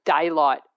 daylight